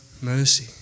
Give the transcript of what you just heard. mercy